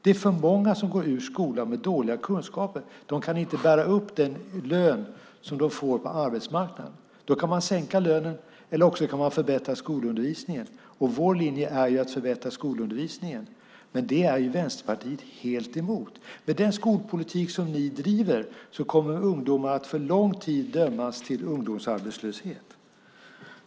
Det är för många som går ur skolan med dåliga kunskaper. De kan inte bära upp den lön som de får på arbetsmarknaden. Då kan man sänka lönen, eller också kan man förbättra skolundervisningen. Vår linje är att förbättra skolundervisningen, men det är Vänsterpartiet helt emot. Med den skolpolitik som ni driver kommer ungdomar att för lång tid dömas till ungdomsarbetslöshet.